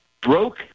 broke